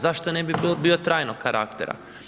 Zašto ne bi bio trajnog karaktera?